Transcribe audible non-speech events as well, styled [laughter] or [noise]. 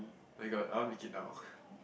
my god I want to eat now [breath]